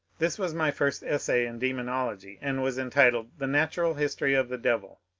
this was my first essay in demonology, and was entitled the natural history of the devil.